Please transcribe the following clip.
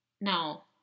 Now